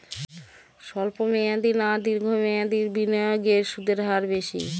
স্বল্প মেয়াদী না দীর্ঘ মেয়াদী বিনিয়োগে সুদের হার বেশী?